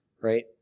right